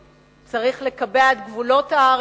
צריך לקבע את גבולות הארץ, זה חשוב.